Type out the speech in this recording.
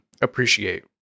appreciate